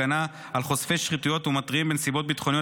הגנה על חושפי שחיתויות ומתריעים בנסיבות ביטחוניות),